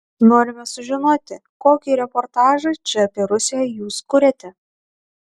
norime sužinoti kokį reportažą čia apie rusiją jūs kuriate